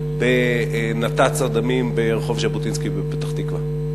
בנת"צ הדמים ברחוב ז'בוטינסקי בפתח-תקווה.